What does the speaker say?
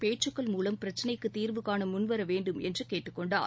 பேச்சுக்கள் மூலம் பிரச்சினைக்கு தீர்வு காண முன்வர வேண்டும் என்று கேட்டுக் கொண்டார்